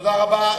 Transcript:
תודה רבה.